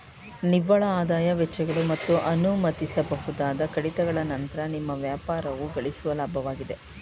ನಿವ್ವಳಆದಾಯ ವೆಚ್ಚಗಳು ಮತ್ತು ಅನುಮತಿಸಬಹುದಾದ ಕಡಿತಗಳ ನಂತ್ರ ನಿಮ್ಮ ವ್ಯಾಪಾರವು ಗಳಿಸುವ ಲಾಭವಾಗಿದೆ